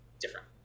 different